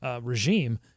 regime